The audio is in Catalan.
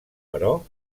però